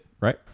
Right